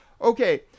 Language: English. Okay